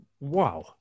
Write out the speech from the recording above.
Wow